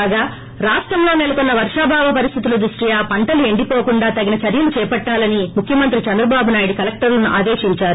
కాగా రాష్టంలో నెలకొన్న వర్షాభావ పరిస్థితుల దృష్టార పంటలు ఎండివోకుండా తగిన చర్వలు చేపట్లాలని ముఖ్యమంత్రి చంద్రబాబు నాయుడుగ కలెక్టర్లన్మ ఆదేశించారు